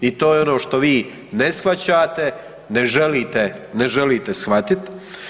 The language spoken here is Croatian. I to je ono što vi ne shvaćate, ne želite shvatiti.